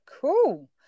cool